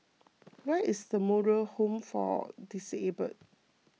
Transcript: where is the Moral Home for Disabled